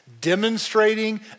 demonstrating